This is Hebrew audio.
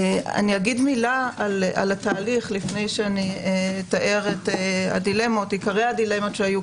אומר מילה על התהליך לפני שאתאר את עיקרי הדילמות שהיו,